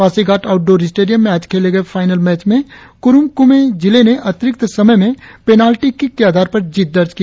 Pasighat outdoor stadium में आज खेले गए फाईनल मैच में कुरुंग कुमे ने अतिरिक्त समय में पेनाल्टी किक के आधार पर जीत दर्ज की